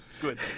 Good